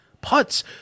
putts